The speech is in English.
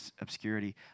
obscurity